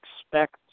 expect